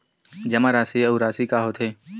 जमा राशि अउ राशि का होथे?